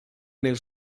nel